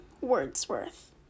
Wordsworth